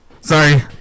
Sorry